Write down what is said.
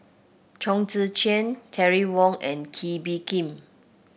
Chong Tze Chien Terry Wong and Kee Bee Khim